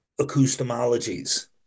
acoustomologies